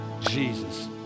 Jesus